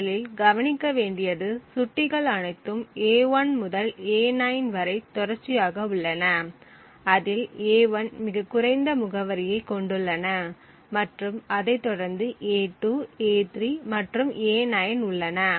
முதலில் கவனிக்க வேண்டியது சுட்டிகள் அனைத்தும் a1 முதல் a9 வரை தொடர்ச்சியாக உள்ளன அதில் a1 மிகக் குறைந்த முகவரியைக் கொண்டுள்ளன மற்றும் அதைத்தொடர்ந்து a2 a3 மற்றும் a9 உள்ளன